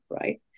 right